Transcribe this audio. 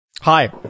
Hi